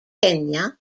kenya